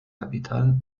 capital